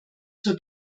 zur